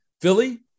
Philly